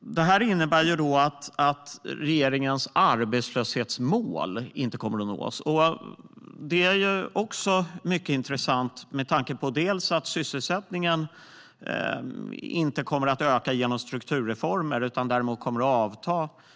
Det innebär att regeringens arbetslöshetsmål inte kommer att nås. Det är mycket intressant med tanke på att sysselsättningen inte kommer att öka genom strukturreformer, utan